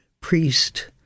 priest